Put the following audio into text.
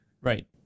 right